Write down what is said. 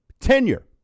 Tenure